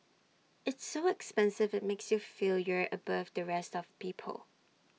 it's so expensive IT makes you feel you're above the rest of people